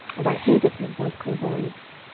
and i hated him for his clairvoyance.